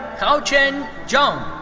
haochen zhang.